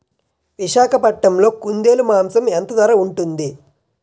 విశాఖపట్నంలో కుందేలు మాంసం ఎంత ధర ఉంటుంది?